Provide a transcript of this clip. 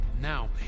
Now